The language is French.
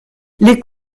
les